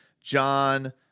John